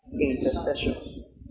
intercession